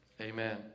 Amen